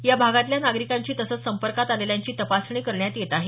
या भागातल्या नागरिकांची तसंच संपर्कात आलेल्यांची तपासणी करण्यात येत आहे